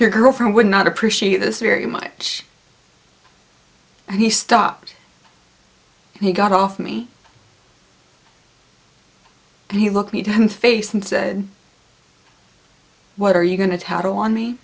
your girlfriend would not appreciate this very much and he stopped and he got off me and he looked me to him face and said what are you going to tattle on me